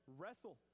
wrestle